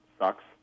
Sucks